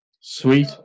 Sweet